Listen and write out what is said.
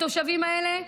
התושבים האלה,